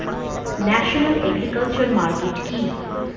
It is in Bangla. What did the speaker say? ন্যাশনাল এগ্রিকালচার মার্কেট কি?